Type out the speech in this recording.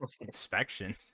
inspection